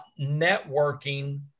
networking